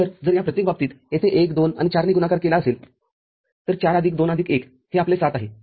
तरजर या प्रत्येक बाबतीत येथे १ २ आणि ४ ने गुणाकार केला असेल तर ४ आदिक २ आदिक १ हे आपले ७ आहे